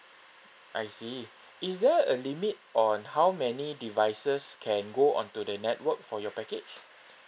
I see is there a limit on how many devices can go onto the network for your package